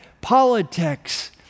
politics